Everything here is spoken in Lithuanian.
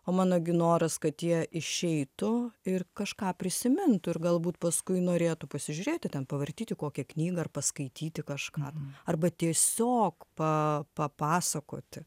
o mano gi noras kad jie išeitų ir kažką prisimintų ir galbūt paskui norėtų pasižiūrėti ten pavartyti kokią knygą ar paskaityti kažką arba tiesiog pa papasakoti